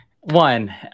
one